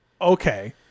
Okay